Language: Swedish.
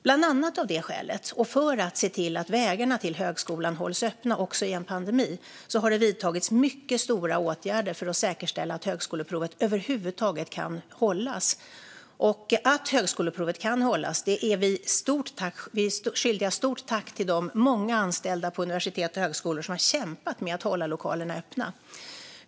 Bland annat av det skälet och för att se till att vägarna till högskolan hålls öppna också i en pandemi har det vidtagits mycket stora åtgärder för att säkerställa att högskoleprovet över huvud taget kan hållas. Vi är skyldiga ett stort tack till de många anställda på universitet och högskolor som har kämpat med att hålla lokalerna öppna så att högskoleprovet kan hållas.